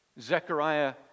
Zechariah